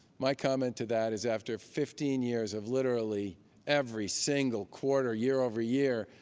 my comment to that is, after fifteen years of literally every single quarter, year over year,